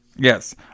Yes